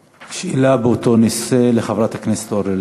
שאלה באותו נושא לחברת הכנסת אורלי לוי.